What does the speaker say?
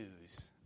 news